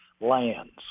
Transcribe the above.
lands